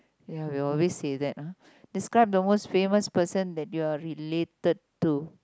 ya we always say that ah describe the most famous person that you're related to